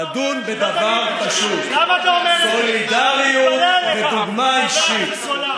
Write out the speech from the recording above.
לדון בדבר פשוט: סולידריות ודוגמה אישית.